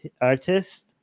Artist